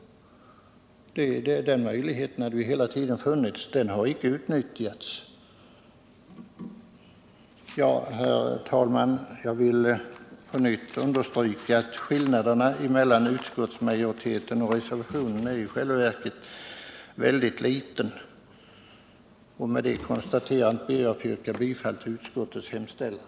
Den möjligheten har hela tiden funnits, men den har inte utnyttjats. Jag vill på nytt understryka att skillnaden mellan utskottsmajoriteten och reservationen i själva verket är väldigt liten. Med detta konstaterande yrkar jag bifall till utskottets hemställan.